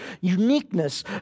uniqueness